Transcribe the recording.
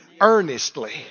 Earnestly